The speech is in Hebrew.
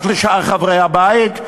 רק לשאר חברי הבית?